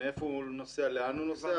מאיפה הוא נוסע ולאן הוא נוסע,